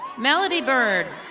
melanie bird.